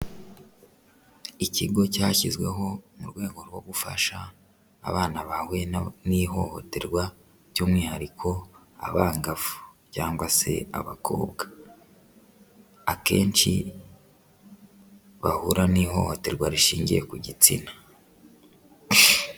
Ikigo cyashyizweho mu rwego rwo gufasha abana bahuye n'ihohoterwa by'umwihariko abangavu cyangwa se abakobwa, akenshi bahura n'ihohoterwa rishingiye ku gitsina.